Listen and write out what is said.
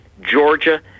Georgia